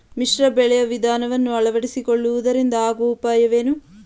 ಮಿಶ್ರ ಬೆಳೆಯ ವಿಧಾನವನ್ನು ಆಳವಡಿಸಿಕೊಳ್ಳುವುದರಿಂದ ಆಗುವ ಉಪಯೋಗವೇನು?